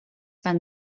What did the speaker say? van